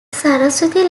saraswati